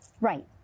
Right